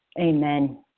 Amen